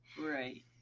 Right